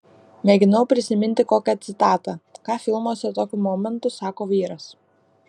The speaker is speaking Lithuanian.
mėginau prisiminti kokią citatą ką filmuose tokiu momentu sako vyras